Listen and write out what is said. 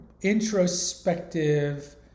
introspective